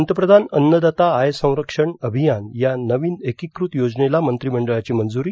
पंतप्रधान अन्जदाता आय संरक्षण अभियान या नवीन एकीक्रत योजनेला मंत्रिमंडळाची मंजूरी